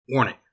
Warning